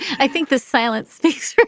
i think the silence speaks.